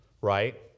right